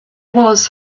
was